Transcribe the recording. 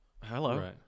hello